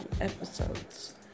episodes